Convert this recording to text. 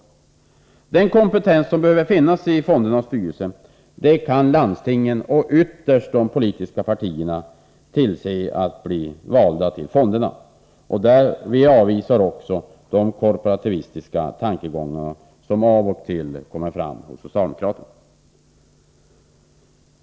När det gäller den kompetens som behöver finnas i fondernas styrelser kan landstingen och ytterst de politiska partierna tillse att den finns hos dem som blir valda till fonderna. Vi avvisar också de korporativistiska tankegångar som av och till kommer fram hos socialdemokraterna.